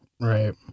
right